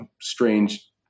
strange